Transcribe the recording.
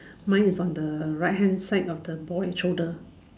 mine is on the right hand side of the boy shoulder